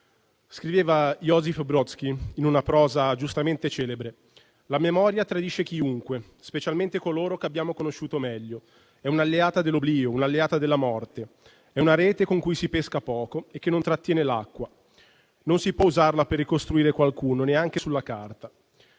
Scriveva Iosif Brodskij in una prosa giustamente celebre: «La memoria tradisce chiunque, specialmente coloro che abbiamo conosciuto meglio. È un'alleata dell'oblio, un'alleata della morte, è una rete con cui si pesca poco e che non trattiene l'acqua. Non si può usarla per ricostruire qualcuno, neanche sulla carta».